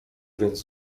więc